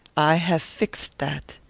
i have fixed that.